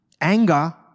Anger